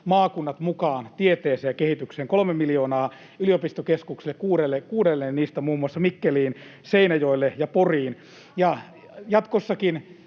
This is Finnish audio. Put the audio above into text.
maakunnat mukaan tieteeseen ja kehitykseen — 3 miljoonaa yliopistokeskuksille, kuudelle niistä, muun muassa Mikkeliin, Seinäjoelle ja Poriin. Jatkossakin